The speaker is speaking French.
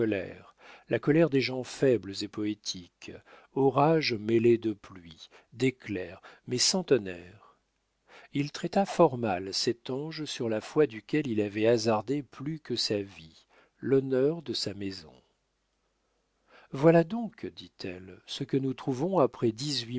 la colère des gens faibles et poétiques orage mêlé de pluie d'éclairs mais sans tonnerre il traita fort mal cet ange sur la foi duquel il avait hasardé plus que sa vie l'honneur de sa maison voilà donc dit-elle ce que nous trouvons après